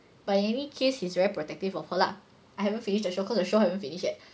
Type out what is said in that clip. but in any case he's very protective of her lah I haven't finish the show cause the show haven't finish yet